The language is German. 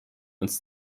uns